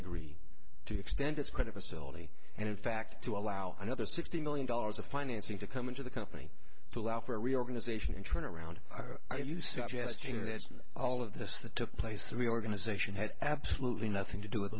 agree to extend its credit facility and in fact to allow another sixty million dollars of financing to come into the company to allow for reorganization and turnaround are you suggesting that all of this that took place the reorganization had absolutely nothing to do with